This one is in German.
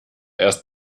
erst